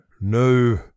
No